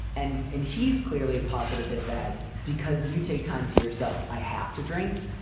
and and he's clearly posited this as because you take time to yourself. i have to drink.